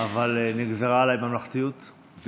אבל נגזרה עליי ממלכתיות,